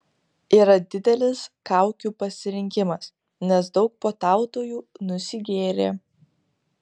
yra didelis kaukių pasirinkimas nes daug puotautojų nusigėrė